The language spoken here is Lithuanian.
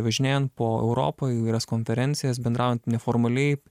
važinėjant po europą įvairias konferencijas bendraujant neformaliai